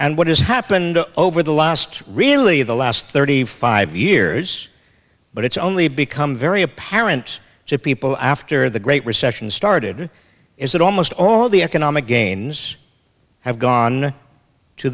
and what has happened over the last really the last thirty five years but it's only become very apparent to people after the great recession started is that almost all the economic gains have gone to